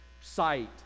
sight